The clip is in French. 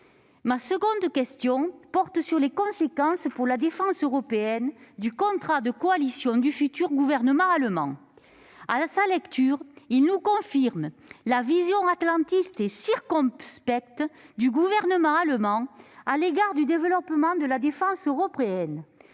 Ma seconde question porte sur les conséquences, pour la défense européenne, du contrat de coalition du futur gouvernement allemand. La lecture de ce document nous confirme la vision atlantiste et circonspecte du gouvernement allemand à l'égard du développement de la défense européenne.